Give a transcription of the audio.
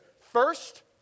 First